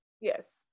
Yes